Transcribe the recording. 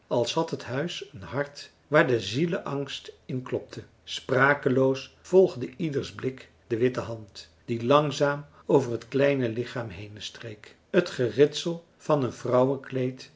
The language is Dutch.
als had het huis een hart waar de zieleangst in klopte sprakeloos volgde ieders blik de witte hand die langzaam over het kleine lichaam henenstreek het geritsel van een vrouwenkleed